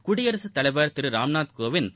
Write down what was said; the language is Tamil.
குடியரசுத் தலைவர் திரு ராம்நாத் கோவிந்த்